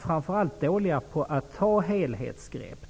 Framför allt har vi varit dåliga på att ta helhetsgrepp.